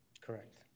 Correct